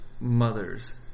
mothers